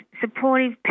supportive